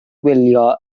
wylio